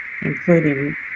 including